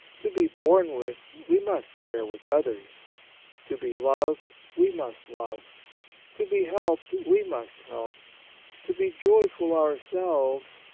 to be borne with, we must bear with others to be loved, we must love to be helped, we must help to be joyful ourselves,